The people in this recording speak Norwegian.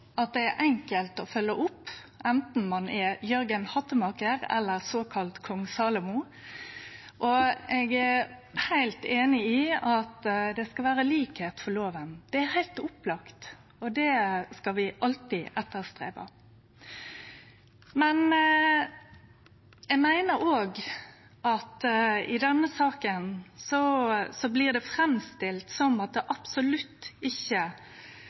at det er enkelt å følgje opp, anten ein er Jørgen Hattemaker eller såkalla kong Salomo. Eg er heilt einig i at det skal vere likskap for loven. Det er heilt opplagt, og det skal vi alltid streve etter. Men eg meiner òg at det i denne saka blir framstilt som om det er svakare sanksjonar, og at det er absolutt